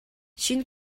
шинэ